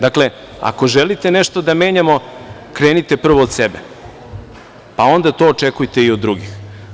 Dakle, ako želite nešto da menjamo, krenite prvo od sebe, pa onda to očekujte i od drugih.